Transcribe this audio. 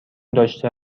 داشته